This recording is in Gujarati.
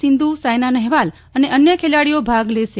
સિંઘુ સાયના નહેવાલ અને અન્ય ખેલાડીઓ ભાગ લેશે